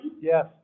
Yes